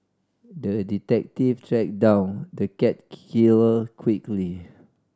the detective tracked down the cat killer quickly